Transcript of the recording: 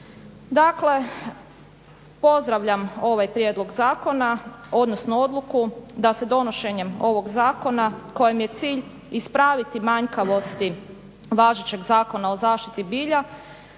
Dakle, pozdravljam ovaj prijedlog zakona, odnosno odluku da se donošenjem ovog zakona kojem je cilj ispraviti manjkavosti važećeg Zakona o zaštiti bilja